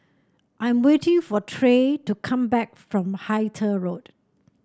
I am waiting for Trey to come back from Hythe Road